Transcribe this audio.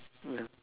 ya